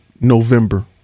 November